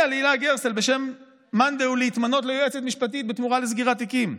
בשם מאן דהוא להתמנות ליועצת משפטית בתמורה לסגירת תיקים.